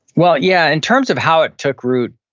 well, yeah, in terms of how it took root,